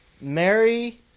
Mary